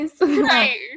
Right